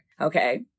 okay